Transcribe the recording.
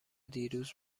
دیروز